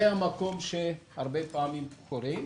זה המקום שהרבה פעמים קורה,